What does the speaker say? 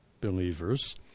believers